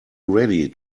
ready